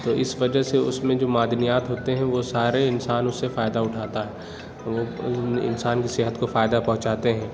تو اس وجہ سے اس میں جو معدنیات ہوتے ہیں وہ سارے انسان اس سے فائدہ اٹھاتا ہے وہ انسان کی صحت کو فائدہ پہنچاتے ہیں